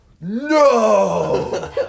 No